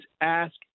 ask